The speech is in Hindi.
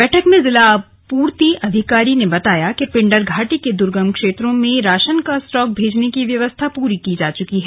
बैठक में जिला पूर्ति अधिकारी ने बताया कि पिंडर घाटी के दर्गम क्षेत्रों में राशन का स्टॉक भेजने की व्यवस्था पूरी की जा चुकी है